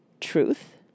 Truth